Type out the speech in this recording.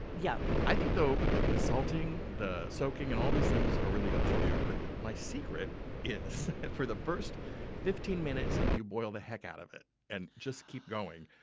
yeah i think the salting, the soaking, and all these things are really up to you, but my secret is, for the first fifteen minutes you boil the heck out of it and just keep going.